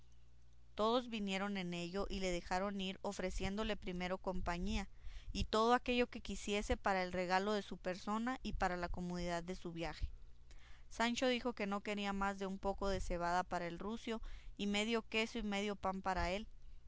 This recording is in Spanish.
todos vinieron en ello y le dejaron ir ofreciéndole primero compañía y todo aquello que quisiese para el regalo de su persona y para la comodidad de su viaje sancho dijo que no quería más de un poco de cebada para el rucio y medio queso y medio pan para él